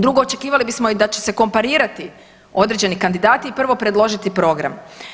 Drugo, očekivali bismo i da će se komparirati određeni kandidati i prvo predložiti program.